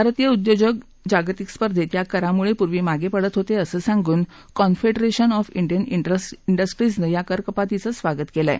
भारतीय उद्योजक जागतिक स्पर्धेत या करामुळे पूर्वी मागे पडत होते असं सांगून कॉनफेडरेशन ऑफ डियन डिस्ट्रीजनं या करकपातीचं स्वागत केलं आहे